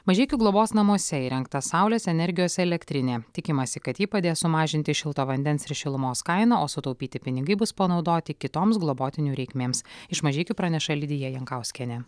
mažeikių globos namuose įrengta saulės energijos elektrinė tikimasi kad ji padės sumažinti šilto vandens ir šilumos kainą o sutaupyti pinigai bus panaudoti kitoms globotinių reikmėms iš mažeikių praneša lidija jankauskienė